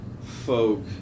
folk